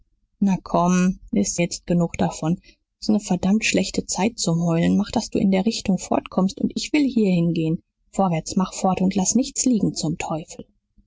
na komm s ist jetzt genug davon s ist ne verdammt schlechte zeit zum heulen mach daß du in der richtung fortkommst und ich will hierhin gehen vorwärts mach fort und laß nichts liegen zum teufel